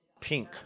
pink